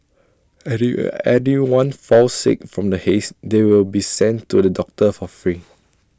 and if anyone falls sick from the haze they will be sent to the doctor for free